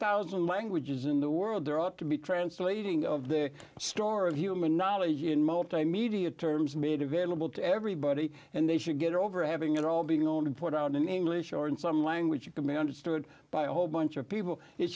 thousand languages in the world there ought to be translating of their store of human knowledge in multimedia terms made available to everybody and they should get over having it all being on and put out an english or in some language to be understood by a whole bunch of people it